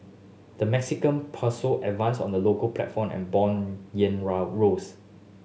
the Mexican advanced on the local platform and bond rose